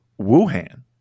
Wuhan